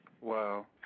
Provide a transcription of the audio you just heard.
Wow